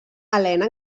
helena